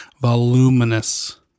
Voluminous